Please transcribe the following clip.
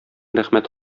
рәхмәт